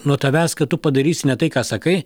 nuo tavęs kad tu padarysi ne tai ką sakai